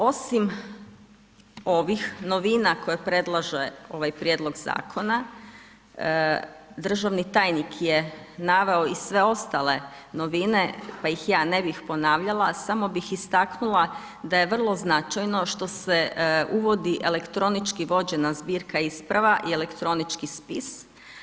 Osim ovih novina, koje predlaže ovaj prijedlog zakona, državni tajnik je naveo i sve ostale novine, pa ih ja ne bi ponavljala, samo bi istaknula da je vrlo značajno što se uvodi elektronički vođena zbirka isprava i elektronički spis.